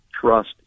trust